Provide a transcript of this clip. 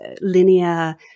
linear